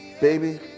Baby